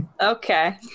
Okay